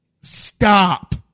Stop